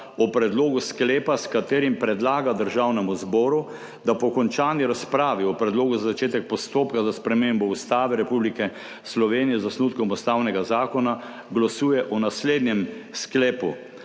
o predlogu sklepa, s katerim predlaga Državnemu zboru, da po končani razpravi o Predlogu za začetek postopka za spremembo Ustave Republike Slovenije z osnutkom ustavnega zakona glasuje o naslednjem sklepu: